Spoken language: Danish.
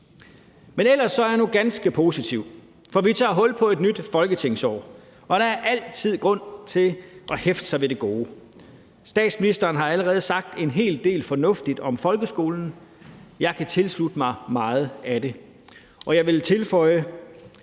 Men ellers er jeg nu ganske positiv. For vi tager hul på et nyt folketingsår, og der er altid grund til at hæfte sig ved det gode. Statsministeren har allerede sagt en hel del fornuftigt om folkeskolen. Jeg kan tilslutte mig meget af det, og jeg vil tilføje: